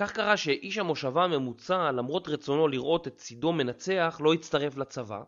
כך קרה שאיש המושבה הממוצע למרות רצונו לראות את צידו מנצח לא הצטרף לצבא